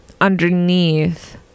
underneath